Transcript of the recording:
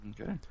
Okay